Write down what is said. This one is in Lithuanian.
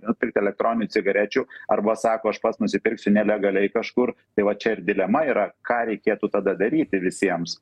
nupirkti elektroninių cigarečių arba sako aš pats nusipirksiu nelegaliai kažkur tai va čia ir dilema yra ką reikėtų tada daryti visiems